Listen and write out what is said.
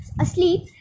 asleep